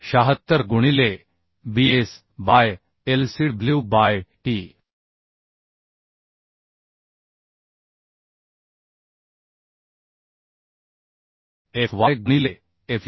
076 गुणिले Bs by lcw by t आणि Fy गुणिले Fu